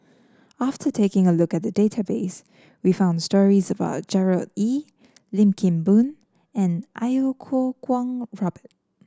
after taking a look at the database we found stories about Gerard Ee Lim Kim Boon and Iau Kuo Kwong Robert